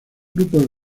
grupos